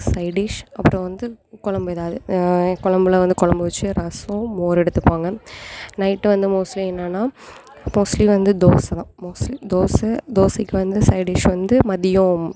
side dish அப்புறம் வந்து கொழம்பு எதாவது கொழம்புன்னா வந்து கொழம்பு வச்சி ரசம் மோர் எடுத்துப்பாங்க நைட் வந்து மோஸ்ட்லி என்னன்னா மோஸ்ட்லி வந்து தோசைதான் மோஸ்ட்லி தோசை தோசைக்கு வந்து சைடிஷ் வந்து மதியம்